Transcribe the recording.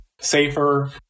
safer